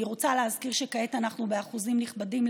אני רוצה להזכיר שכעת אנחנו באחוזים נכבדים,